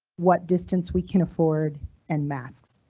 what distance we can afford and masks.